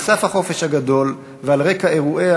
על סף החופש הגדול ועל רקע אירועי